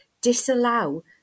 disallow